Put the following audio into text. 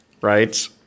Right